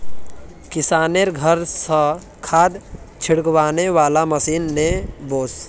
किशनेर घर स खाद छिड़कने वाला मशीन ने वोस